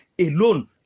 Alone